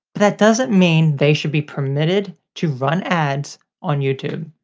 that doesn't mean they should be permitted to run ads on youtube.